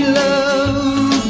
love